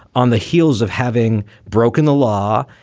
on the heels of having broken the law.